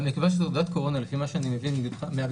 אבל נקבע שתעודת קורונה לפי מה שאני מבין מההגדרות,